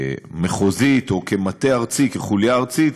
המחוזית, או כמטה ארצי, כחוליה ארצית,